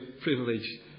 privilege